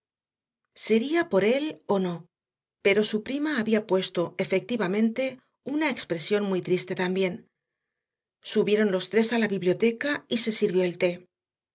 sería por él o no pero su prima había puesto efectivamente una expresión muy triste también subieron los tres a la biblioteca y se sirvió el té